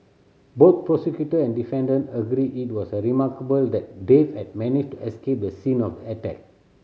both prosecutor and defendant agreed it was a remarkable that Dave had managed to escape the scene of the attack